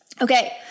Okay